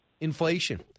inflation